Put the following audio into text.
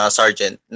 sergeant